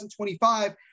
2025